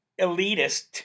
elitist